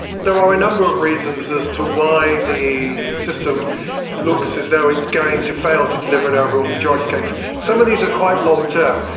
um a number of reasons as to why the system looks as though it's going to fail to deliver an overall majority. kind of some of these are quite long term.